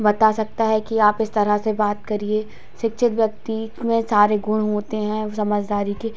बता सकता है कि आप इस तरह से बात करिए सिक्षित व्यक्ति में सारे गुण होते हैं समझदारी के